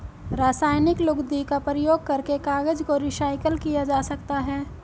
रासायनिक लुगदी का प्रयोग करके कागज को रीसाइकल किया जा सकता है